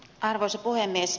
arvoisa puhemies